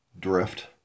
drift